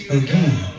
again